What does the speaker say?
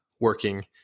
working